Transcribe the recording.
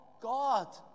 God